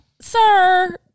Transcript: Sir